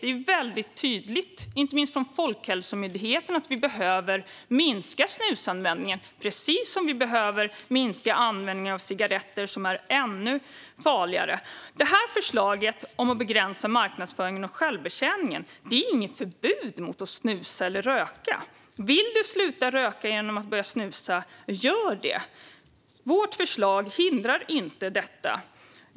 Det är väldigt tydligt, inte minst från Folkhälsomyndigheten, att vi behöver minska snusanvändningen, precis som vi behöver minska användningen av cigaretter, som är ännu farligare. Förslaget om att begränsa marknadsföringen och självbetjäningen innebär inget förbud mot att snusa eller röka. Vill du sluta röka genom att börja snusa - gör det! Vårt förslag hindrar inte det.